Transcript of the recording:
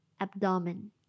abdomen